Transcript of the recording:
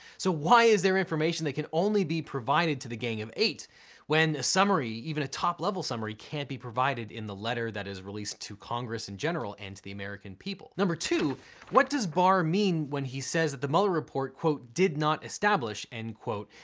so, why is there information that can only be provided to the gang of eight when a summary, even a top-level summary, can't be provided in the letter that is released to congress in general and to the american people? number two what does barr mean when he says that the mueller report, quote, did not establish, end quote,